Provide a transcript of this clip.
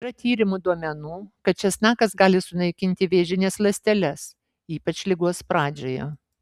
yra tyrimų duomenų kad česnakas gali sunaikinti vėžines ląsteles ypač ligos pradžioje